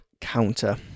counter